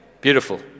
beautiful